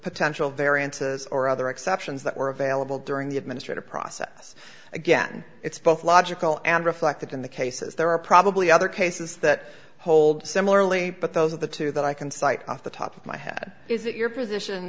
potential variances or other exceptions that were available during the administrative process again it's both logical and reflect that in the cases there are probably other cases that hold busy similarly but those of the two that i can cite off the top of my head is it your position